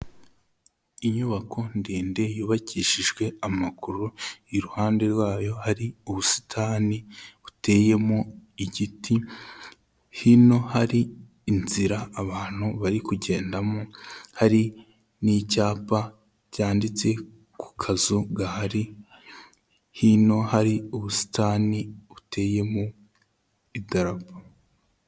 Inyubako ndende yubakishijwe amakoro, iruhande rwayo hari ubusitani buteyemo igiti, hino hari inzira abantu bari kugendamo hari n'icyapa cyanditse ku kazu gahari, hino hari ubusitani buteyemo idarapo.